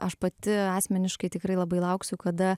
aš pati asmeniškai tikrai labai lauksiu kada